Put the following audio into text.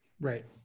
Right